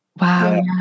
wow